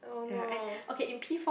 oh no